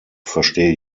verstehe